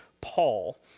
Paul